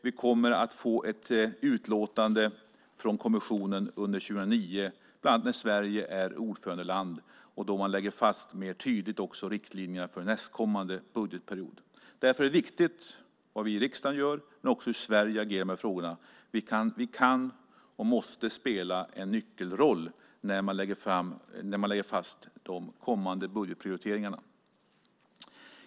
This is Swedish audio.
Vi kommer att få ett utlåtande från kommissionen under 2009, bland annat när Sverige är ordförandeland, och då ska mer tydligt riktlinjerna för nästkommande budgetperiod läggas fast. Därför är det viktigt vad vi gör i riksdagen och hur Sverige agerar i frågan. Vi kan, och måste, spela en nyckelroll när vi lägger fast de kommande budgetprioriteringarna.